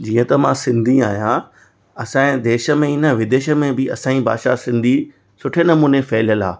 जीअं त मां सिंधी आहियां असांजे देश में ई न विदेश में बि असांजी भाषा सिंधी सुठे नमूने फै़लियल आ